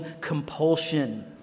compulsion